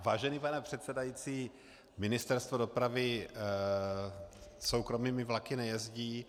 Vážený pane předsedající, Ministerstvo dopravy soukromými vlaky nejezdí.